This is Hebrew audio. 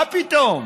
מה פתאום?